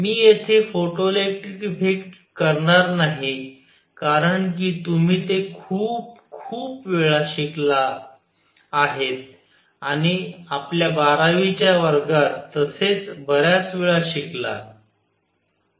मी येथे photoelectric effect करणार नाही कारण तुम्ही ते खूप खुप वेळा शिकला आहेत आपल्या बारावीच्या वर्गात तसेच बऱ्याच वेळा शिकला